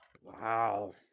Wow